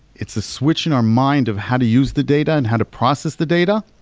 it's a switch in our mind of how to use the data and how to process the data,